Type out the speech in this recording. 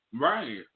Right